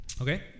Okay